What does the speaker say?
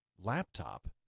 laptop